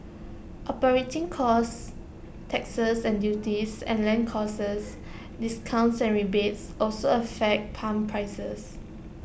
operating costs taxes and duties and land costs discounts and rebates also affect pump prices